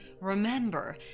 Remember